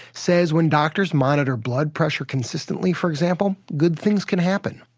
said when doctors monitor blood pressure consistently, for example, good things can happen.